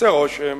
עושה רושם